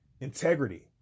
integrity